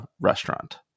restaurant